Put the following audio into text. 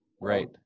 Right